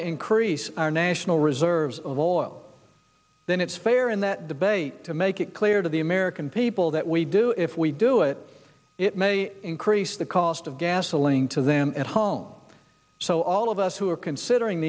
to increase our national reserves of oil then it's fair in that debate to make it clear to the american people that we do if we do it it may increase the cost of gasoline to them at home so all of us who are considering